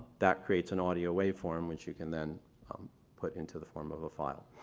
that creates an audio waveform, which you can than put into the form of a file.